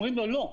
אומרים לו: לא,